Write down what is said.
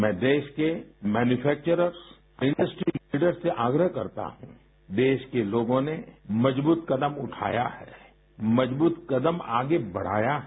मैं देश के मैन्यूफेक्चर्रस इंडस्ट्री लीडर्स से आग्रह करता हूँरू देश के लोगों ने मजबूत कदम उठाया है मजबूत कदम आगे बढ़ाया है